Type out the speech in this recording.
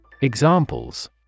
Examples